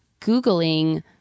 googling